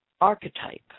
archetype